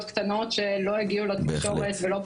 קטנות שלא הגיעו לתקשורת ולא פורסמו.